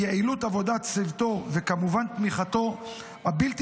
על יעילות עבודת צוותו וכמובן תמיכתו הבלתי